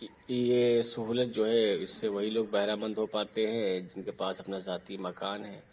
یہ سہولت جو ہے اِس سے وہی لوگ بہرہ مند ہو پاتے ہیں جن کے پاس اپنا ذاتی مکان ہے